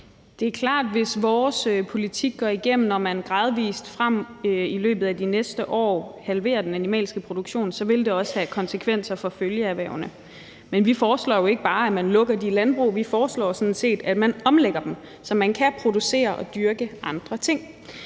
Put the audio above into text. Det er klart, at det, hvis vores politik går igennem og man gradvis frem i løbet af de næste år halverer den animalske produktion, så også vil have konsekvenser for følgeerhvervene. Men vi foreslår jo ikke bare, at man lukker de landbrug. Vi foreslår sådan set, at man omlægger dem, så man kan producere og dyrke andre ting.